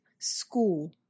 school